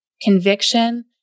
conviction